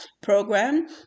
program